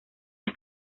las